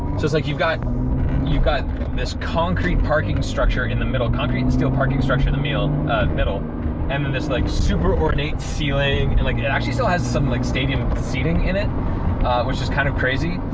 it's it's like you've got you've got this concrete parking structure in the middle concrete and steel parking structure in the middle middle and and this like super ornate ceiling and like it it actually still has some like stadium seating in it which is kind of crazy.